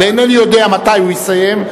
ואינני יודע מתי הוא יסיים,